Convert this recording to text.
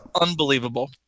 unbelievable